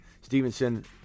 Stevenson